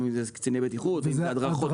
אם אלה קציני בטיחות ואם זאת הדרכה.